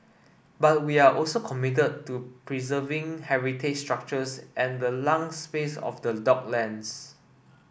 but we are also committed to preserving heritage structures and the lung space of the docklands